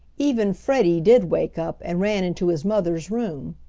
even freddie did wake up and ran into his mother's room.